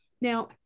Now